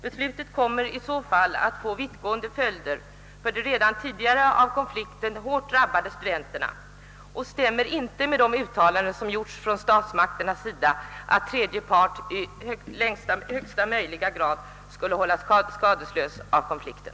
Beslutet kommer i så fall att få vittgående följder för de redan tidigare av konflikten hårt drabbade studenterna och stämmer inte med de uttalanden som gjorts från statsmakternas sida att tredje part i högsta möjliga grad skulle hållas skadeslös vid konflikten.